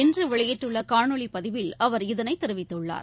இன்று வெளியிட்டுள்ள காணொலி பதிவில் அவர் இதனை தெரிவித்துள்ளார்